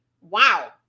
Wow